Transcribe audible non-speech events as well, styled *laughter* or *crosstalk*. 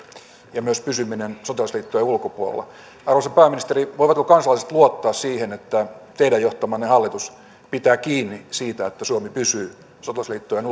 ja myös pysyminen sotilasliittojen ulkopuolella arvoisa pääministeri voivatko kansalaiset luottaa siihen että teidän johtamanne hallitus pitää kiinni siitä että suomi pysyy sotilasliittojen *unintelligible*